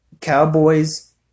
Cowboys